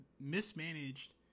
mismanaged